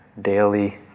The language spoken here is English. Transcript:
daily